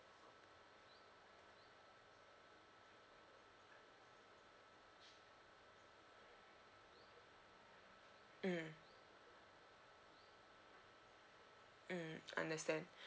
mm mm understand